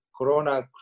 Corona